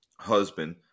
husband